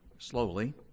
slowly